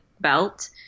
belt